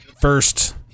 first